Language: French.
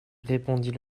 répondit